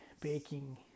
baking